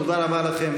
תודה רבה לכם.